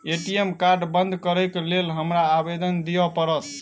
ATM card बंद करैक लेल हमरा आवेदन दिय पड़त?